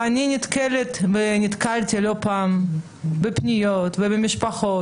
אני נתקלת, ונתקלתי לא פעם, בפניות של משפחות